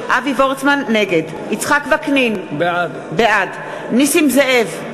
נגד יצחק וקנין, בעד נסים זאב,